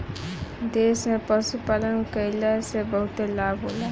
देश में पशुपालन कईला से बहुते लाभ होला